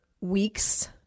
weeks